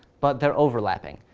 but they're overlapping.